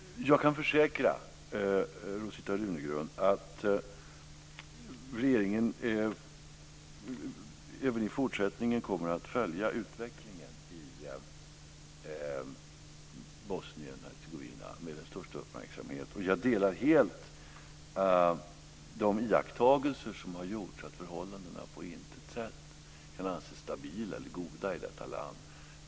Fru talman! Jag kan försäkra Rosita Runegrund att regeringen även i fortsättningen kommer att följa utvecklingen i Bosnien-Hercegovina med största uppmärksamhet. Jag delar helt de iakttagelser som har gjorts. Förhållandena kan på intet sätt anses stabila eller goda i detta land.